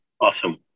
Awesome